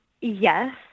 Yes